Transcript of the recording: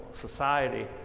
society